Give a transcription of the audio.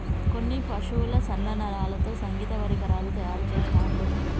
కొన్ని పశువుల సన్న నరాలతో సంగీత పరికరాలు తయారు చెస్తాండ్లు